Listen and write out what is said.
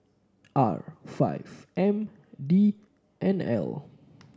R five M D N L